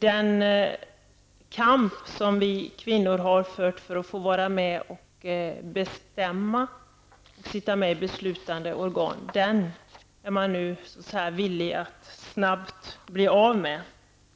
Den kamp som vi kvinnor har fört för att få vara med och bestämma och sitta med i beslutande organ är man nu villig att snabbt bli av med.